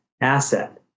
asset